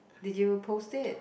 did you post it